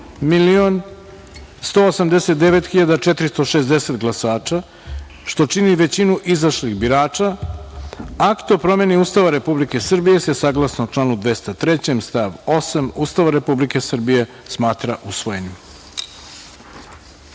1.189.460 glasača, što čini većinu izašlih birača, Akt o promeni Ustava Republike Srbije se saglasno članu 203. stav 8. Ustava Republike Srbije smatra usvojenim. Poštovani